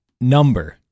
number